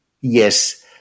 yes